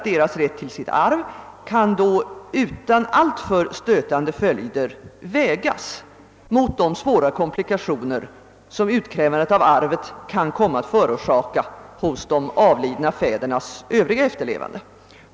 Deras rätt till sitt arv kan då utan alltför stötande följder vägas mot de svåra komplikationer som utkrävandet av arvet kan komma att förorsaka hos de avlidna fädernas övriga efterlevande.